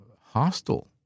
hostile